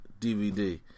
DVD